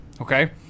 okay